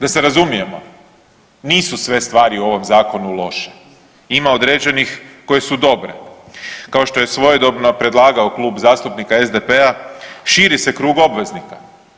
Da se razumijemo, nisu sve stvari u ovom zakonu loše, ima određenih koje su dobre kao što je svojedobno predlagao Klub zastupnika SDP-a širi se krug obveznika.